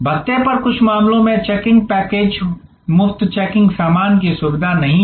भत्ते पर कुछ मामलों में चेकिंग पैकेज मुफ्त चेकिंग सामान की सुविधा नहीं है